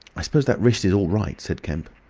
i suppose that wrist is all right, said kemp.